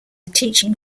teaching